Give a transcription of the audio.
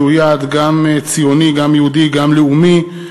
זהו יעד גם ציוני, גם יהודי, גם לאומי,